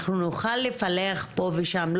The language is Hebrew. אנחנו נוכל לפלח פה ושם,